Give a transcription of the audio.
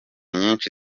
nyishi